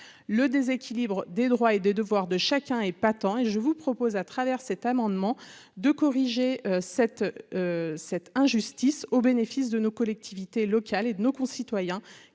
le déséquilibre des droits et des devoirs de chacun épatant et je vous propose, à travers cet amendement de corriger cette cette injustice au bénéfice de nos collectivités locales et de nos concitoyens